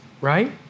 right